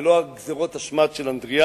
ולא על גזירות השמד של אדריאנוס,